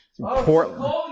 Portland